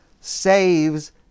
saves